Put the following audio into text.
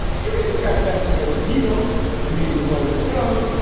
you can expect them to know the beatles and maybe the rolling stones.